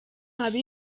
haba